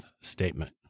statement